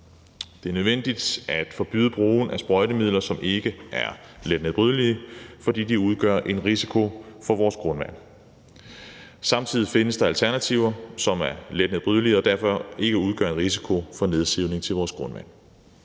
Det er nødvendigt at forbyde brugen af sprøjtemidler, som ikke er letnedbrydelige, fordi de udgør en risiko for vores grundvand. Samtidig findes der alternativer, som er letnedbrydelige, og som derfor ikke udgør en risiko i forhold til nedsivning til vores grundvand.